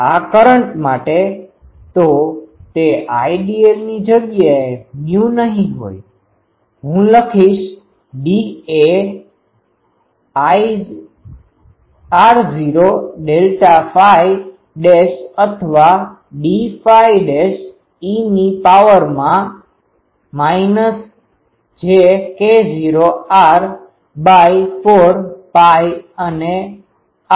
આ કરંટ માટે તો તે Idl ની જગ્યાએ મ્યુ નહીં હોય હું લખીશ dA0Ir0dφe jk0r4πraI r0 delta phi dash અથવા d ફાઈ ડેશ e ની પાવરમાં minus j k0 r by 4 pi અને આ